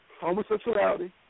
homosexuality